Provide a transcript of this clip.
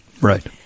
Right